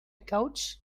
couch